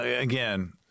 again